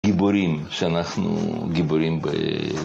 גיבורים שאנחנו גיבורים